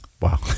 Wow